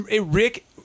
Rick